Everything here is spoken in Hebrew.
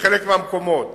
בחלק מהמקומות